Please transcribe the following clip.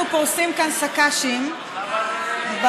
אנחנו פורסים כאן שק"שים בפרסה,